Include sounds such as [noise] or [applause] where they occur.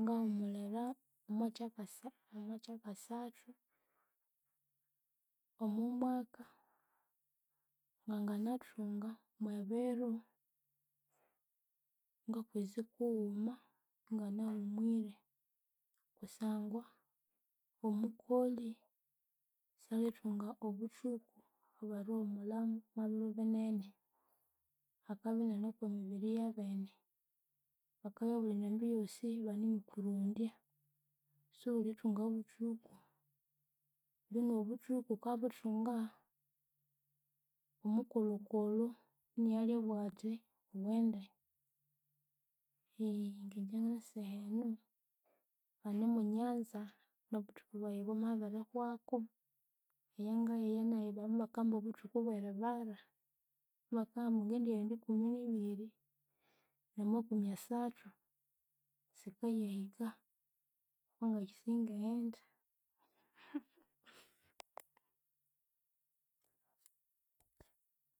ngahumulira omwakyakasa omwakyakasathu omwamwaka nganganathunga mwe biro ngakwezi kughuma inganahumwire. Kusangwa omukoli salithunga obuthuku obwerihumulhamu omwabiru binene, akabya inane okwamibiri yabene. Akabya abulindambi yosi ibanemukurondya, siwulithunga buthuku. Mbinu obuthuku wukabuthunga omukulhu kulhu iniyo alyabughathi wughende eghe ngingye ngasehenu banimunyanza nobuthukubwayibwamabirihwaku eyangaya eyi mubakamba obuthuku bweribara mubakabughambu ngendighenda ikumi nibiri namakumi asathu sikayahika ohongakyisingaghenda [laughs]